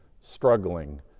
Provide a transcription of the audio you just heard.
struggling